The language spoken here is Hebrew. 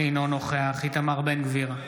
אינו נוכח איתמר בן גביר,